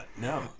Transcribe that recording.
no